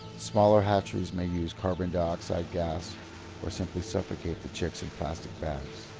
smaller hatcheries may use carbon dioxide gas or simply suffocate the chicks in plastic bags.